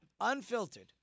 unfiltered